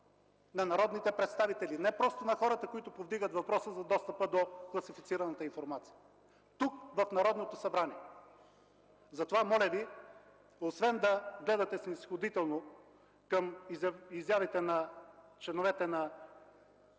на народните представители, не просто на хората, които повдигат въпроса за достъпа до класифицираната информация – тук, в Народното събрание. Затова моля Ви, освен да гледате снизходително към изявите на членовете на